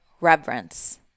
reverence